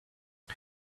but